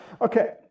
Okay